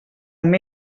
amb